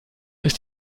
ist